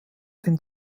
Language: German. den